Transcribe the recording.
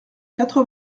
quatre